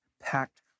packed